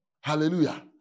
Hallelujah